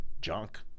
junk